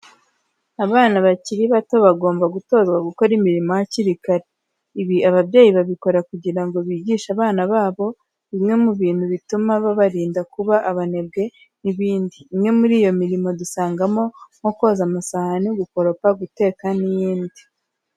Abana bakiri bato bagomba gutozwa gukora imirimo hakiri kare. Ibi ababyeyi babikora kugira ngo bigishe abana babo bimwe mu bintu bituma babarinda kuba abanebwe n'ibindi. Imwe muri iyo mirimo dusangamo, nko koza amasahani, gukoropa, guteka n'iyindi.